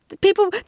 people